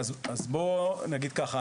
אז בוא נגיד ככה,